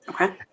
Okay